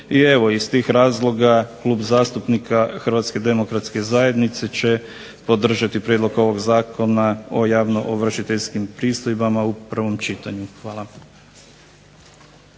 I evo iz tih razloga Klub zastupnika Hrvatske demokratske zajednice će podržati Prijedlog ovog Zakona o javnoovršiteljskim pristojbama u prvom čitanju. Hvala.